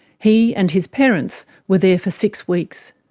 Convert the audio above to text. he, and his parents, were there for six weeks.